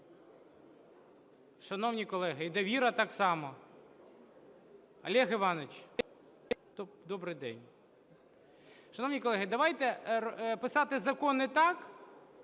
Шановні колеги, і "Довіра" так само. Олегу Івановичу, добрий день! Шановні колеги, давайте писати закони так...